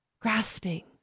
Grasping